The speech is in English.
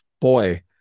Boy